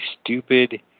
stupid